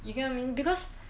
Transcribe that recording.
you cannot mean because